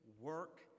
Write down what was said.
work